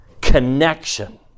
connection